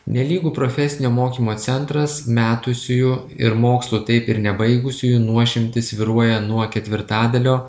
nelygu profesinio mokymo centras metusiųjų ir mokslo taip ir nebaigusiųjų nuošimtis svyruoja nuo ketvirtadalio